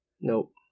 nope